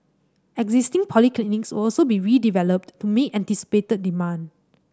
existing polyclinics will also be redeveloped to meet anticipated demand